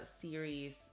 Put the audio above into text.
series